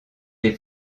les